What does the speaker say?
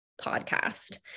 podcast